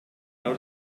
ous